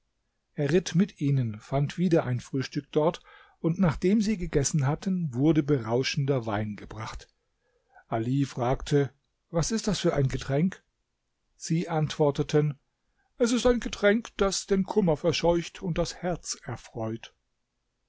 er ritt mit ihnen fand wieder ein frühstück dort und nachdem sie gegessen hatten wurde berauschender wein gebracht ali fragte was ist das für ein getränk sie antworteten es ist ein getränk das den kummer verscheucht und das herz erfreut